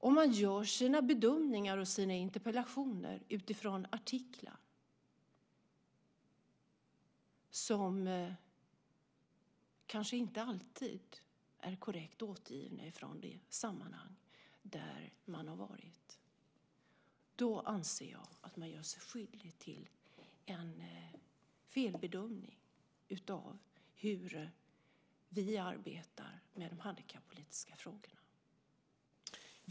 Om man gör sina bedömningar och sina interpellationer utifrån artiklar som kanske inte alltid är korrekt återgivna från det sammanhang där man har varit anser jag att man gör sig skyldig till en felbedömning av hur vi arbetar med de handikappolitiska frågorna.